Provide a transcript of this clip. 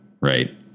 right